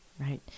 Right